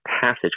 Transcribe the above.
passage